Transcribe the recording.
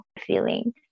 feeling